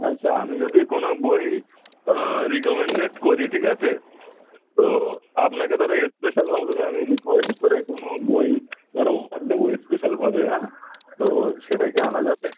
আচ্ছা আমি যদি কোনো বই রিকোমেন্ড করি ঠিক আছে তো আপনাকে ধরো স্পেশালভাবে আমি রিকোয়েস্ট করে কোনো বই ধরো অডার দেবো স্পেশালভাবে হ্যাঁ তো সেটা কি আনা যাবে